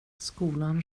skolan